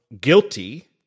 guilty